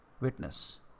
Witness